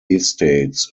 estates